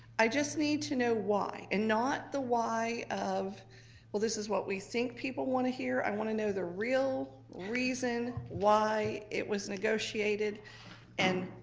i just need to know why and not the why of well this is what we think people want to hear. i want to know the real reason why it was negotiated and